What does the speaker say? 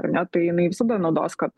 ar ne tai jinai visada naudos kad